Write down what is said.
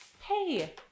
Hey